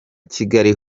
kigali